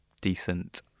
decent